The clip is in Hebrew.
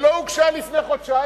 שלו הוגשה לפני חודשיים,